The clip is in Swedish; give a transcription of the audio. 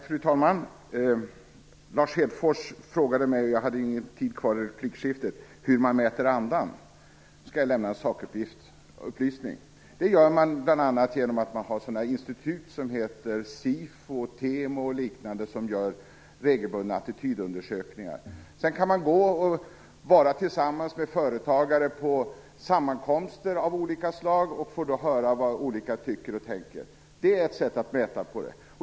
Fru talman! Lars Hedfors frågade mig när jag inte hade någon repliktid kvar hur man mäter andan. Jag vill då lämna en sakupplysning. Man mäter andan bl.a. genom sådana institut som heter Sifo, Temo och liknande och som gör regelbundna attitydundersökningar. Man kan också vara tillsammans med företagare på sammankomster av olika slag och får då höra vad olika företagare tycker och tänker. Det är ett par sätt att mäta andan.